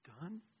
done